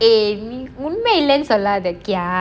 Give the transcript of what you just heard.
okay உண்மை இல்லையேன்னு சொல்லாதா:unmai illaiyanu sollatha okay ya